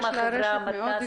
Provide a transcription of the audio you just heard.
לא קיבלנו מידע מדויק.